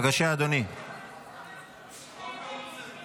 אחד נוכח.